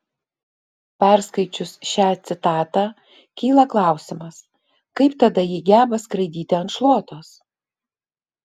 perskaičius šią citatą kyla klausimas kaip tada ji geba skraidyti ant šluotos